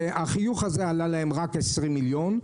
החיוך הזה עלה להם רק 20 מיליון,